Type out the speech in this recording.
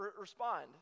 respond